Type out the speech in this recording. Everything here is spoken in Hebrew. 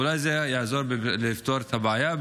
אולי זה יעזור לפתור את הבעיה,